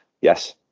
yes